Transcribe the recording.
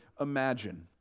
imagine